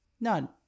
None